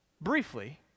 Briefly